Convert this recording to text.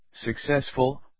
successful